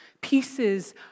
pieces